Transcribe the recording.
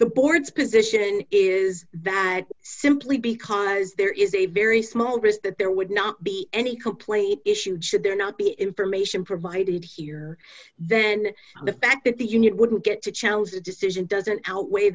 the board's position is that simply because there is a very small risk that there would not be any complaint issued should there not be information provided here then the fact that the union wouldn't get to challenge the decision doesn't outweigh